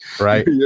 Right